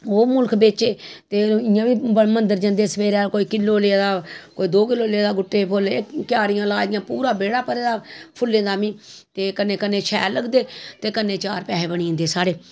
ओह् मुलख बेचे ते इ'यां बी मन्दर जंदे सवेरे कोई किलो लेआ दा कोई दो किलो लेओ दा गुट्टे दे फुल्ल क्यारियां लाई दियां पूरा बेह्ड़ा भरे दा फुल्लें दा में ते कन्ने कन्ने शैल ते कन्नै चार पैसे बनी जंदे साढ़े